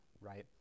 right